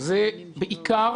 זה בעיקר